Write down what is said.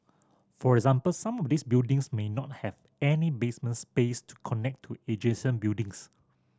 for example some of these buildings may not have any basement space to connect to adjacent buildings